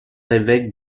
évêque